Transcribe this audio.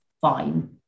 Fine